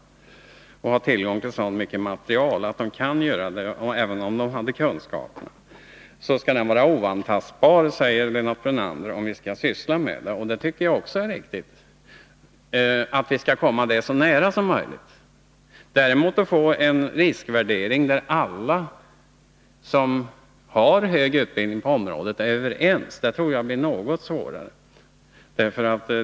Inte heller har de tillgång till så mycket material att riskvärderingen skulle kunna göras, om de nu hade kunskaperna. Det tycker jag också är riktigt. Vi skall försöka komma det så nära som möjligt. Däremot tror jag att det blir något svårare att få en riskvärdering som alla som har hög utbildning på området är överens om.